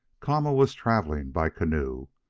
kama was travelling by canoe,